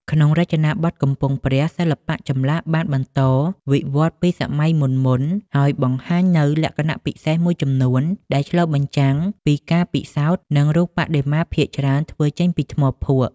ក្នុងរចនាបថកំពង់ព្រះ សិល្បៈចម្លាក់បានបន្តវិវត្តន៍ពីសម័យមុនៗ ហើយបង្ហាញនូវលក្ខណៈពិសេសមួយចំនួនដែលឆ្លុះបញ្ចាំងពីការពិសោធន៍ និងរូបបដិមាភាគច្រើនធ្វើចេញពីថ្មភក់។។